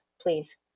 please